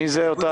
מי זה "אותנו"?